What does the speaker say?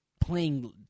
playing